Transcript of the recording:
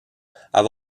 have